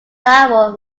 arrow